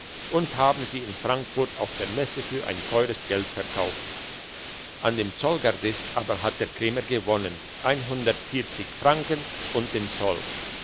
und haben sie in frankfurt auf der messe für ein teures geld verkauft an dem zollgardist aber hat der krämer gewonnen einhundertundvierzig franken und den zoll